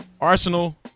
Arsenal